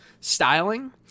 styling